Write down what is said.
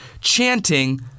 chanting